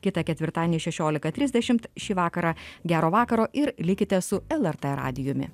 kitą ketvirtadienį šešiolika trisdešimt šį vakarą gero vakaro ir likite su lrt radijumi